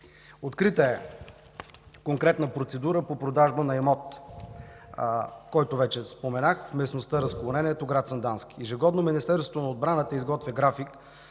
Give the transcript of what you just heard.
Открита е конкретна процедура по продажба на имот, който вече споменах – в местността „Разклонението”, град Сандански. Ежегодно Министерството на отбраната изготвя график